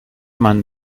meinen